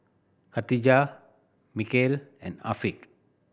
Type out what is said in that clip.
Katijah Mikhail and Afiq